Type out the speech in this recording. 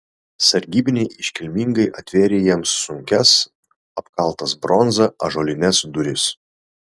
sargybiniai iškilmingai atvėrė jiems sunkias apkaltas bronza ąžuolines duris